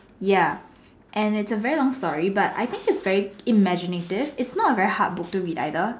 ya and it's a very long story but I think it's very imaginative it's not a very hard book to read either